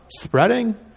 spreading